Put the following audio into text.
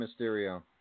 Mysterio